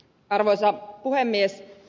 arvoisa puhemies